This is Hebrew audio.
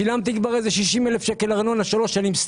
שילמתי כבר 60,000 ₪ ארנונה סתם במשך שלוש שנים,